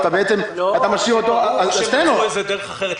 אז אתה משאיר אותו --- צריך למצוא לזה דרך אחרת.